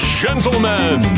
gentlemen